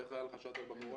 איך היה לך שאטל בקורונה?